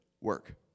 work